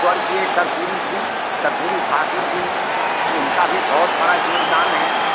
स्वर्गीय कर्पूरी जी कर्पूरी ठाकुर जी तो उनका भी बहुत बड़ा योगदान है